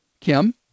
Kim